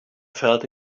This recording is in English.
felt